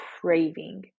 craving